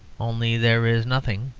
only there is nothing,